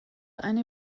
eine